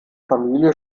familie